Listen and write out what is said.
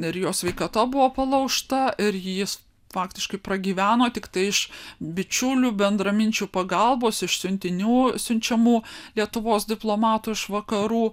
ir jo sveikata buvo palaužta ir jis faktiškai pragyveno tiktai iš bičiulių bendraminčių pagalbos iš siuntinių siunčiamų lietuvos diplomatų iš vakarų